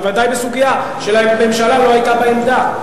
בוודאי בסוגיה שלממשלה לא היתה בה עמדה.